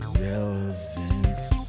relevance